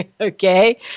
okay